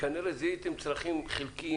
כנראה זיהיתם צרכים חלקיים,